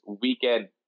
weekend